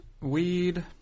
weed